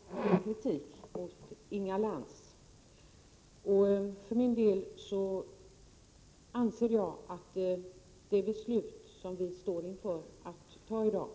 Fru talman! Vi tillämpar faktiskt etik, Inga Lantz. För min del anser jag att det beslut vi står inför att fatta i dag